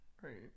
Great